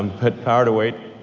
and but power to weight,